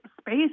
space